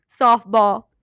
softball